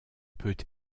peut